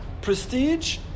prestige